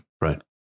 Right